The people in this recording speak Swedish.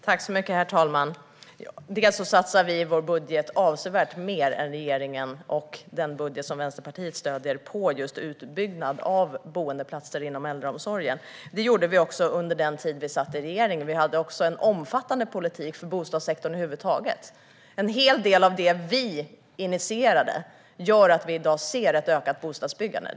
Herr talman! Dels satsar vi i vår budget avsevärt mer än regeringen gör i den budget som Vänsterpartiet stöder just på utbyggnad av boendeplatser inom äldreomsorgen, och det gjorde vi också under den tid vi satt i regering, dels hade vi en omfattande politik för bostadssektorn över huvud taget. En hel del av det vi initierade gör att vi i dag ser ett ökat bostadsbyggande.